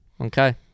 Okay